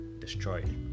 destroyed